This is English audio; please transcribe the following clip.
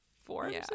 forms